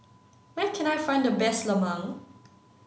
where can I find the best Lemang